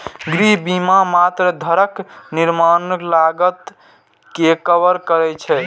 गृह बीमा मात्र घरक निर्माण लागत कें कवर करै छै